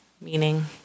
meaning